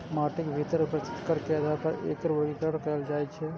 माटिक भीतर उपस्थित कण के आधार पर एकर वर्गीकरण कैल जाइ छै